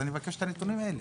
אני מבקש את הנתונים האלה.